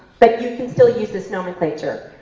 but you can still use this nomenclature.